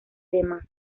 demás